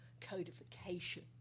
codification